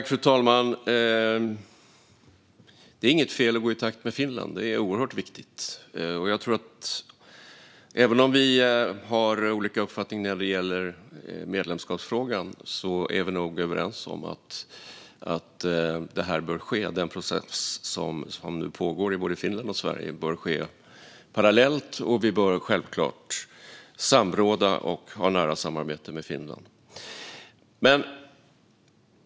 Fru talman! Det är inget fel att gå i takt med Finland; det är oerhört viktigt. Även om vi har olika uppfattning när det gäller medlemskapsfrågan är vi nog överens om att det här bör ske. Den process som nu pågår i både Finland och Sverige bör ske parallellt, och vi bör självklart samråda och ha ett nära samarbete med Finland.